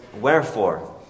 Wherefore